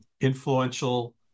influential